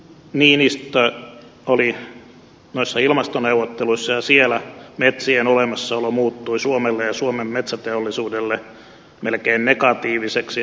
niinistö oli noissa ilmastoneuvotteluissa ja siellä metsien olemassaolo muuttui suomelle ja suomen metsäteollisuudelle melkein negatiiviseksi